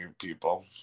people